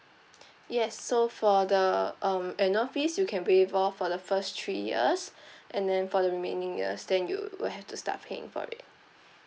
yes so for the um annual fees you can waive off for the first three years and then for the remaining years then you will have to start paying for it